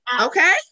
okay